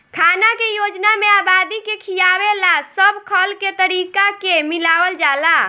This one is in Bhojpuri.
खाना के योजना में आबादी के खियावे ला सब खल के तरीका के मिलावल जाला